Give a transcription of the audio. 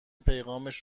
پیغامش